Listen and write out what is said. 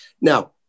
Now